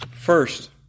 First